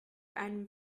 einem